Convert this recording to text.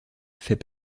fait